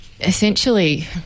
Essentially